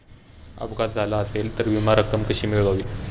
अपघात झाला असेल तर विमा रक्कम कशी मिळवावी?